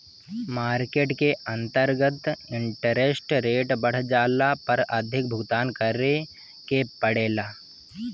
market के अंतर्गत interest rate बढ़ जाला पर अधिक भुगतान करे के पड़ेला